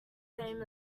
same